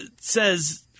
says